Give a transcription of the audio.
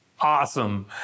awesome